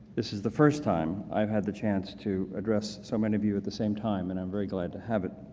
this is the first time i've had the chance to address so many of you at the same time, and i'm very glad to have it.